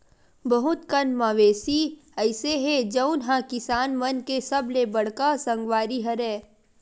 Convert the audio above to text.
बहुत कन मवेशी अइसे हे जउन ह किसान मन के सबले बड़का संगवारी हरय